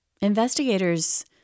Investigators